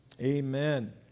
amen